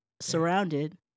surrounded